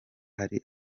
hari